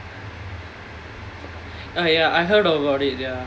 ah ya I heard about it ya